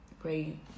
pray